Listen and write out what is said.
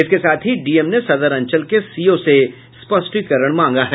इसके साथ ही डीएम ने सदर अंचल के सीओ से स्पष्टीकरण मांगा है